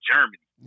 Germany